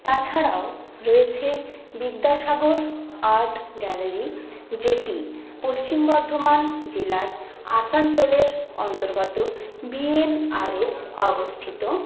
তাছাড়াও রয়েছে Vidyasagar art gallery যেটি পশ্চিম বর্ধমান জেলার আসানসোলের অন্তর্গত বিএন আরে অবস্থিত